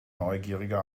neugierige